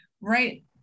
right